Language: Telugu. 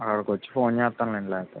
అక్కడికి వచ్చి ఫోన్ చేస్తానులేండి లేకపోతే